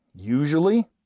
usually